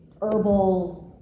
herbal